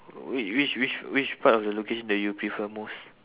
whi~ which which which part of the location that you prefer most